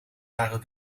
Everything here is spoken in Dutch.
waren